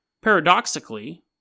paradoxically